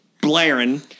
blaring